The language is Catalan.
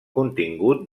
contingut